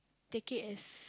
take it as